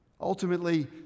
Ultimately